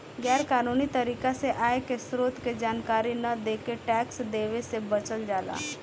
गैर कानूनी तरीका से आय के स्रोत के जानकारी न देके टैक्स देवे से बचल जाला